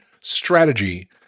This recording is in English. strategy